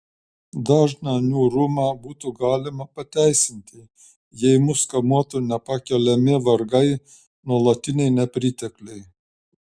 dažną niūrumą būtų galima pateisinti jei mus kamuotų nepakeliami vargai nuolatiniai nepritekliai